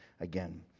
again